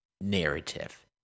narrative